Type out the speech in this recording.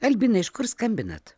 albinai iš kur skambinat